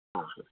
ಹಾಂ ಹಾಂ